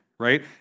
right